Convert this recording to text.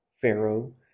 Pharaoh